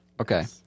Okay